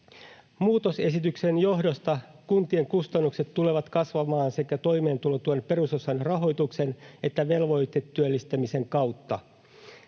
Muutosesityksen johdosta kuntien kustannukset tulevat kasvamaan sekä toimeentulotuen perusosan rahoituksen että velvoitetyöllistämisen kautta.